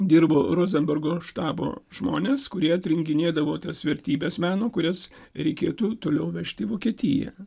dirbo rozenbergo štabo žmonės kurie atrinkinėdavo tas vertybes meno kurias reikėtų toliau vežti į vokietiją